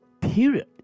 Period